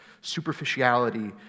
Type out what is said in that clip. superficiality